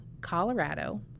Colorado